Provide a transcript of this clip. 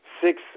six